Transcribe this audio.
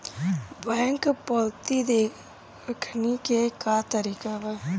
Bank पवती देखने के का तरीका बा?